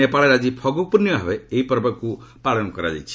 ନେପାଳରେ ଆଜି ଫଗୁ ୍ର୍ଣ୍ଣିମା ଭାବେ ଏହି ପର୍ବକୁ ପାଳନ କରାଯାଉଛି